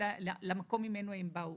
ויחזרו למקום שממנו הם באו,